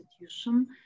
institution